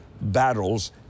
battles